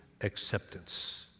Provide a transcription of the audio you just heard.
acceptance